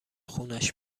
خونش